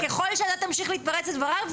ככל שאתה תמשיך להתפרץ לדבריו,